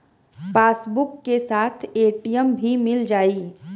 Passbook के साथ ATM भी मील जाई?